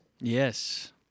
Yes